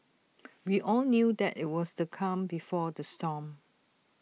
we all knew that IT was the calm before the storm